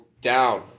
down